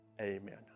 amen